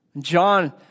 John